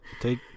Take